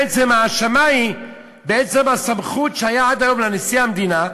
בעצם ההאשמה היא בעצם הסמכות שהייתה עד היום לנשיא המדינה,